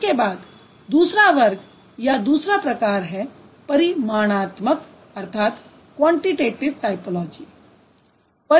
इसके बाद दूसरा वर्ग या दूसरा प्रकार है परिमाणात्मक टायपोलॉजी का है